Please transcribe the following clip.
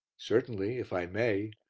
certainly, if i may.